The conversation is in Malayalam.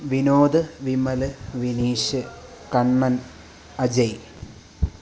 വിനോദ് വിമൽ വിനീഷ് കണ്ണൻ അജയ്